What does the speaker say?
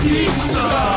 Pizza